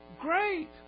great